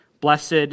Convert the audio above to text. Blessed